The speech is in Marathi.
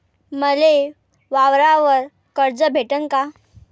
मले वावरावर कर्ज भेटन का?